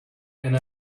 and